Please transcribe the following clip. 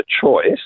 choice